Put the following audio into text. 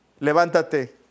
levántate